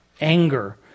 anger